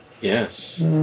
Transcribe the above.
yes